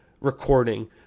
recording